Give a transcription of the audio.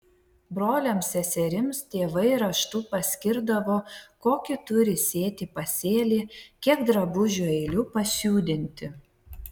broliams seserims tėvai raštu paskirdavo kokį turi sėti pasėlį kiek drabužių eilių pasiūdinti